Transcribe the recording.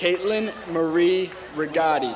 caitlin marie regardi